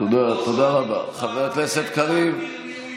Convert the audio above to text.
חבר הכנסת מעוז, אנחנו לא שואלים אותך, תודה.